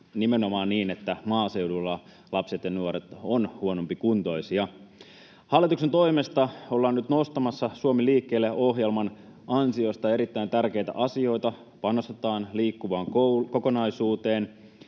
nimenomaan niin, että maaseudulla lapset ja nuoret ovat huonompikuntoisia. Hallituksen toimesta ollaan nyt nostamassa Suomi liikkeelle ‑ohjelman ansiosta erittäin tärkeitä asioita: panostetaan liikkuvaan kokonaisuuteen,